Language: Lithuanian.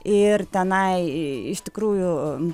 ir tenai iš tikrųjų